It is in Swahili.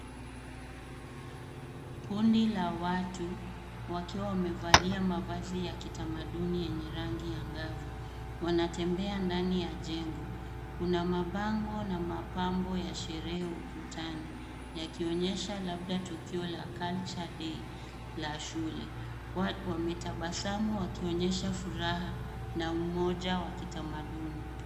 Kundi la watu wakiwa wamevalia mavazi ya kitamduni yenye rangi angavu. Wanatembea ndani ya jengo. Kuna mabango na mapambo ya sherehe ukutani yakionyesha labda tukio la Culture Day la shule. Watu wametabasamu wakionyesha furaha na umoja wa kitamaduni.